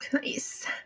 Nice